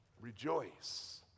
Rejoice